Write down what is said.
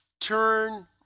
turn